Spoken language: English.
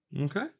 Okay